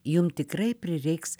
jum tikrai prireiks